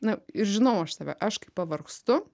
na ir žinau aš save aš kai pavargstu